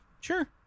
Sure